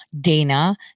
Dana